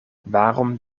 waarom